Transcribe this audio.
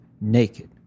naked